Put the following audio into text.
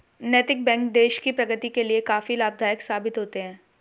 नैतिक बैंक देश की प्रगति के लिए काफी लाभदायक साबित होते हैं